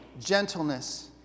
gentleness